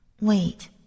Wait